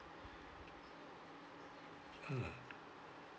mm